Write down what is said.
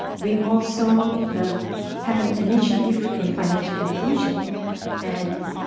we also have an initiative in financial inclusion and